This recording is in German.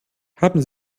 haben